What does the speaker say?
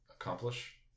accomplish